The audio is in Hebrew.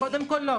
קודם כל לא,